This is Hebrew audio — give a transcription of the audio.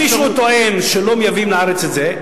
אם מישהו טוען שלא מייבאים לארץ את זה,